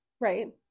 right